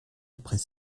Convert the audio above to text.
après